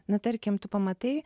na tarkim tu pamatai